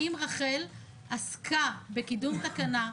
האם רח"ל עסקה בקידום תקנה,